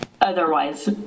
otherwise